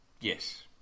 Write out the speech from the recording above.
Yes